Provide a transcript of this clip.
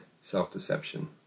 self-deception